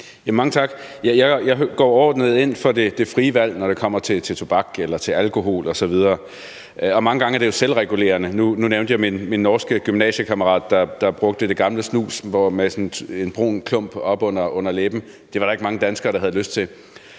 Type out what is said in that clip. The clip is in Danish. Mange tak. Jeg går overordnet ind for det frie valg, når det kommer til tobak eller til alkohol osv., og mange gange er det jo selvregulerende. Nu nævnte jeg min norske gymnasiekammerat, der brugte det gamle snus i form af sådan en brun klump oppe under læben. Det var der ikke mange danskere der havde lyst til.